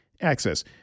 access